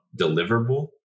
deliverable